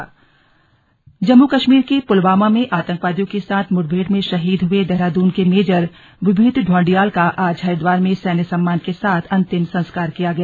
slug शहीद अंतिम संस्कार जम्मू कश्मीर के पुलवामा में आतंकवादियों के साथ मुठभेड़ में शहीद हुए देहरादून के मेजर विभूति ढौंडियाल का आज हरिद्वार में सैन्य सम्मान के साथ अंतिम संस्कार किया गया